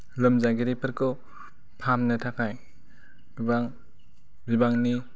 लोमजागिरिफोरखौ फाहामनो थाखाय गोबां बिबांनि